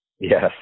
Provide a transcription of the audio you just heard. Yes